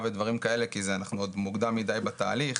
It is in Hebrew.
ודברים כאלה כי אנחנו עוד מוקדם מדי בתהליך,